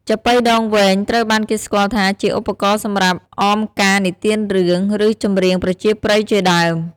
ចាប៉ីដងវែង ត្រូវបានគេស្គាល់ថាជាឧបករណ៍សម្រាប់អមការនិទានរឿង ឬចម្រៀងប្រជាប្រិយជាដើម។